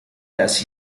las